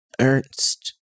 Ernst